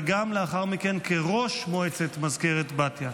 ולאחר מכן גם כראש מועצת מזכרת בתיה.